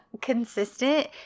consistent